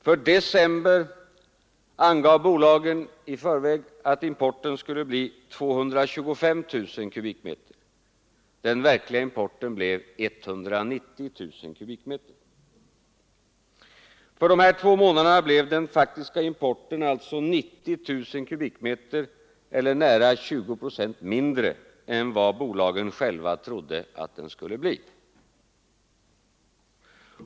För december angav bolagen i förväg att importen skulle bli 225 000 m?. Den verkliga importen blev 190 000 m?. För de här två månaderna blev den faktiska importen alltså 90 000 m? eller nära 20 procent mindre än vad bolagen själva trodde den skulle bli.